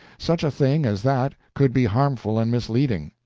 such a thing as that could be harmful and misleading.